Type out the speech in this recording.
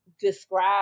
describe